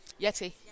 Yeti